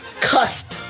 cusp